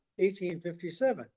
1857